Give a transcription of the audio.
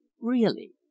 really